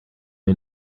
may